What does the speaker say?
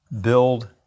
build